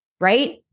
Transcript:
Right